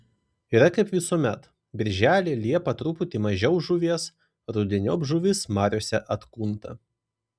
yra kaip visuomet birželį liepą truputį mažiau žuvies rudeniop žuvis mariose atkunta